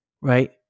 right